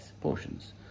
portions